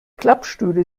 klappstühle